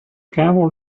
camel